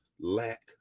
lack